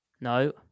No